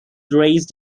raised